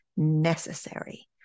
necessary